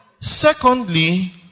Secondly